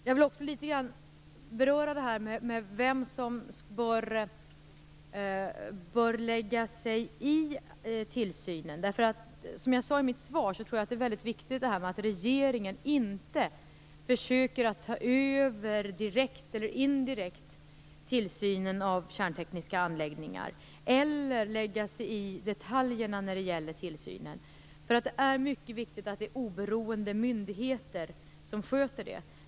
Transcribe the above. Jag vill också något beröra vem som bör lägga sig i tillsynen. Som jag sade i mitt svar tror jag att det är väldigt viktigt att regeringen inte - direkt eller indirekt - försöker ta över tillsynen av kärntekniska anläggningar eller lägga sig i detaljerna när det gäller tillsynen. Det är nämligen mycket viktigt att det är oberoende myndigheter som sköter den.